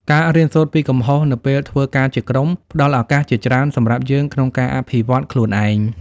ការរៀនសូត្រពីកំហុសនៅពេលធ្វើការជាក្រុមផ្តល់ឱកាសជាច្រើនសម្រាប់យើងក្នុងការអភិវឌ្ឍខ្លួនឯង។